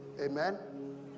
Amen